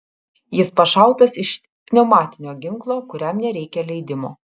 jis pašautas iš pneumatinio ginklo kuriam nereikia leidimo